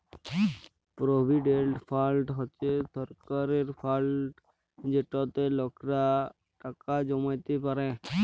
provident fund হছে সরকারের fund যেটতে লকেরা টাকা জমাইতে পারে